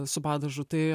su padažu tai